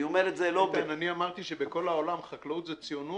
אני אומר את זה --- אני אמרתי שבכל העולם החקלאות זה ציונות,